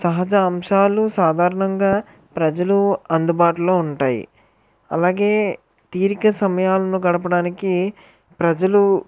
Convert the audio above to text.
సహజ అంశాలు సాధారణంగా ప్రజలు అందుబాటులో ఉంటాయి అలాగే తీరిక సమయాలను గడపడానికి ప్రజలు